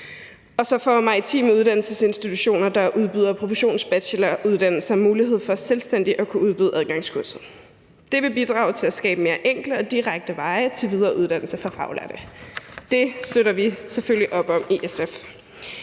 og så får maritime uddannelsesinstitutioner, der udbyder professionsbacheloruddannelser, mulighed for selvstændigt at kunne udbyde adgangskurser. Det vil bidrage til at skabe mere enkle og direkte veje til videreuddannelse for faglærte. Det støtter vi selvfølgelig op om i SF.